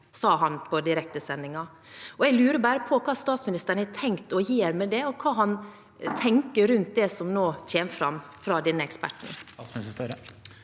sa han på direktesendingen. Jeg lurer på hva statsministeren har tenkt å gjøre med det, og hva han tenker rundt det som nå kommer fram fra denne eksperten?